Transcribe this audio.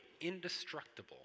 indestructible